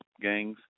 gangs